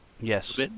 Yes